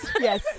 Yes